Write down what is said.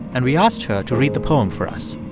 and we asked her to read the poem for us